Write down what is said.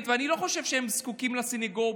כבר להטיף מוסר,